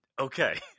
Okay